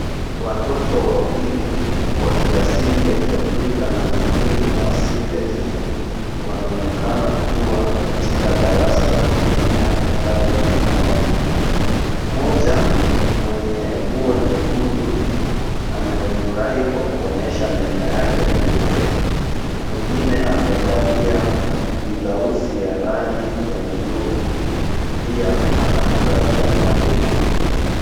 Watoto wawili wa kiasili ya kiafrika na mwingine wa asili ya kizungu wanaonekana kuwa katika darasa wakitumia kitabu kimoja. Mmoja mwenye nguo nyekundu amefurahi kwa kuonyesha meno yake meupe. Mwingine amevalia blauzi ya rangi buluu pia anafurahia mwalimu.